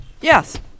Yes